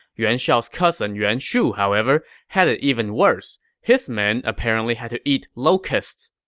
yuan shao's cousin yuan shu, however, had it even worse. his men apparently had to eat locusts.